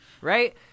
Right